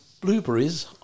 blueberries